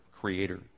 Creator